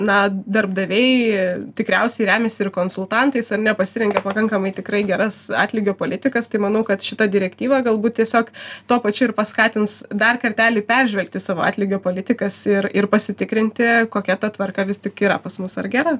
na darbdaviai tikriausiai remiasi ir konsultantais ar ne pasirenka pakankamai tikrai geras atlygio politikas tai manau kad šita direktyva galbūt tiesiog tuo pačiu ir paskatins dar kartelį peržvelgti savo atlygio politikas ir ir pasitikrinti kokia ta tvarka vis tik yra pas mus ar gera